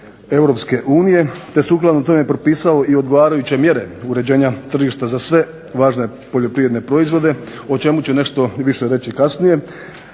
Europske unije te sukladno tome propisao i odgovarajuće mjere uređenja tržišta za sve važne poljoprivredne proizvode o čemu će nešto više reći kasnije.